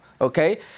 okay